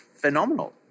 phenomenal